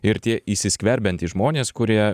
ir tie įsiskverbiantys žmonės kurie